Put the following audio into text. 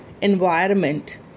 environment